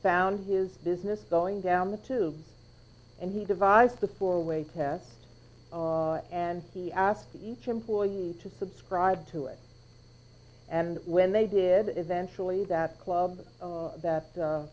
found his business going down the tubes and he devised the four way tests and he asked each employee to subscribe to it and when they did eventually that club that